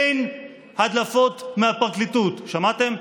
אין הדלפות מהפרקליטות, שמעתם?